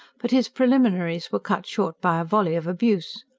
but his preliminaries were cut short by a volley of abuse.